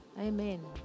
Amen